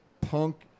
Punk